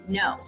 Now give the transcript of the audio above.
no